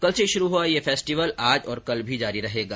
कल से शुरू हुआ ये फेस्टिवल आज और कल भी जारी रहेगा